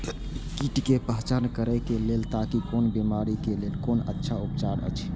कीट के पहचान करे के लेल ताकि कोन बिमारी के लेल कोन अच्छा उपचार अछि?